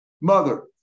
mother